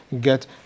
get